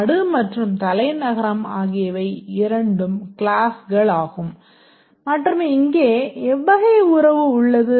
நாடு மற்றும் தலைநகரம் ஆகியவை இரண்டும் க்ளாஸ்களாகும் மற்றும் இங்கே எவ்வகை உறவு உள்ளது